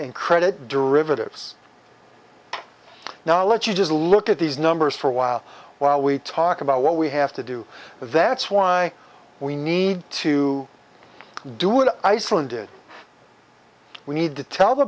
in credit derivatives now let you just look at these numbers for a while while we talk about what we have to do that's why we need to do it iceland did we need to tell the